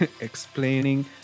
Explaining